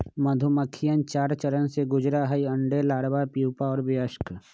मधुमक्खिवन चार चरण से गुजरा हई अंडे, लार्वा, प्यूपा और वयस्क